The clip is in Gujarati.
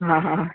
હાં હાં